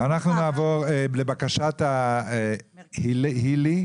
אנחנו נעבור לבקשת ליהי,